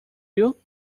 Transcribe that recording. you